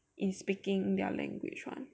in speaking in their language [one]